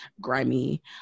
grimy